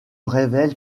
révèle